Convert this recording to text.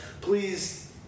Please